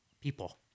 people